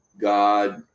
God